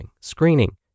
screening